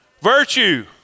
virtue